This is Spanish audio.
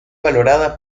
valorada